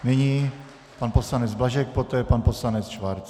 Nyní pan poslanec Blažek, poté pan poslanec Schwarz.